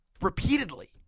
repeatedly